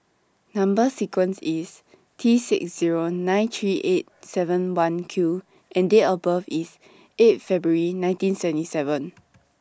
Number sequence IS T six Zero nine three eight seven one Q and Date of birth IS eighth February nineteen seventy seven